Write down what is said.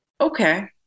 Okay